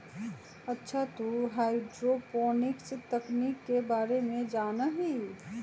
अच्छा तू हाईड्रोपोनिक्स तकनीक के बारे में जाना हीं?